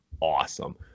awesome